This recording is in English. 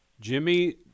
Jimmy